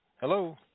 hello